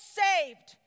saved